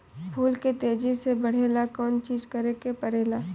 फूल के तेजी से बढ़े ला कौन चिज करे के परेला?